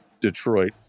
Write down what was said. Detroit